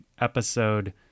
episode